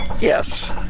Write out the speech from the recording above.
Yes